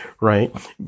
right